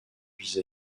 vis